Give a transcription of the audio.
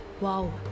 wow